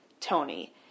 Tony